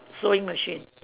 sewing machine